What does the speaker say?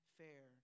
fair